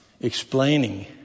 explaining